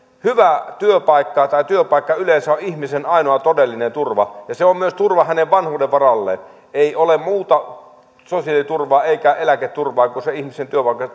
hyvä työpaikka tai työpaikka yleensä on ihmisen ainoa todellinen turva ja se on myös turva hänen vanhuutensa varalle ei ole muuta sosiaaliturvaa eikä eläketurvaa kuin se ihmisen